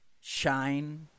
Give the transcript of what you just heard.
shine